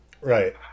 Right